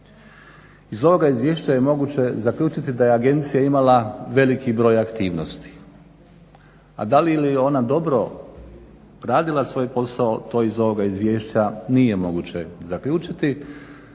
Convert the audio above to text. Iz ovoga izvješća je moguće zaključiti da je agencija imala veliki broj aktivnosti, a da li je ona dobro radila svoj posao to iz ovoga izvješća nije moguće zaključiti.